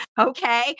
Okay